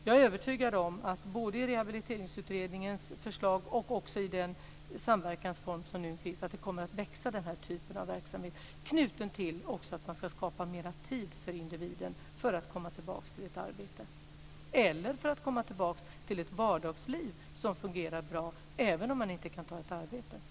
Jag är övertygad om att denna typ av verksamhet som finns med i Rehabiliteringsutredningens förslag och i den samverkansform som nu finns kommer att växa och att det också är knutet till att man ska skapa mer tid för individen för att han eller hon ska kunna komma tillbaka till ett arbete eller för att kunna komma tillbaka till ett vardagsliv som fungerar bra även om han eller hon inte kan ta ett arbete.